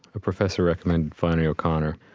a professor recommended flannery o'connor.